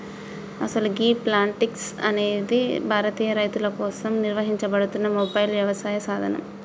అసలు గీ ప్లాంటిక్స్ అనేది భారతీయ రైతుల కోసం నిర్వహించబడుతున్న మొబైల్ యవసాయ సాధనం